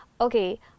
okay